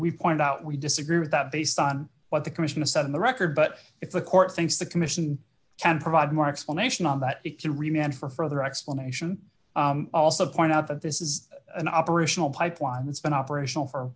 we point out we disagree with that based on what the commission a sudden the record but if the court thinks the commission can provide more explanation on that if you remember for further explanation i also point out that this is an operational pipeline that's been operational for